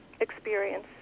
experience